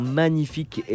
magnifique